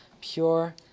pure